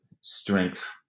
strength